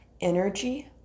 Energy